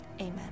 Amen